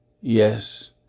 Yes